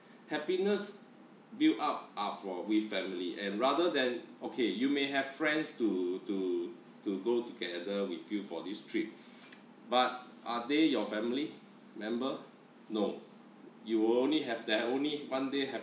happiness build-up are for with family and rather than okay you may have friends to to to go together with you for this trip but are they your family member no you'll only have their only one day have